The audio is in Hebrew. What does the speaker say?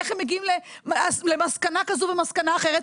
איך מגיעים למסקנה כזו ומסקנה אחרת,